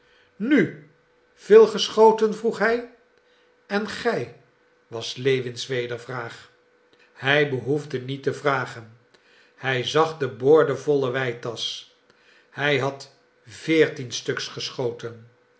nu veel geschoten vroeg hij en gij was lewins wedervraag hij behoefde niet te vragen hij zag de boordevolle weitasch hij had veertien stuks geschoten